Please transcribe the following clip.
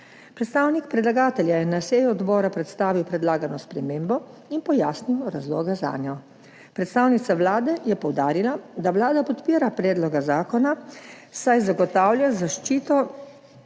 Predstavnik predlagatelja je na seji odbora predstavil predlagano spremembo in pojasnil razloge zanjo. Predstavnica Vlade je poudarila, da Vlada podpira predlog zakona, saj zagotavlja zaščito